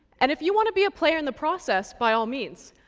and if you want to be a player in the process by all means,